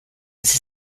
sie